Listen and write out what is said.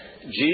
Jesus